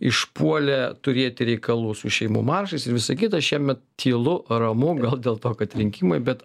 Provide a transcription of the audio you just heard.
išpuolė turėti reikalų su šeimų maršais ir visą kitą šiemet tylu ramu gal dėl to kad rinkimai bet